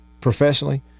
professionally